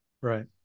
right